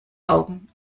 augen